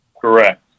Correct